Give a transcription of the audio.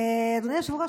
אדוני היושב-ראש,